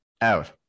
out